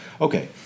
Okay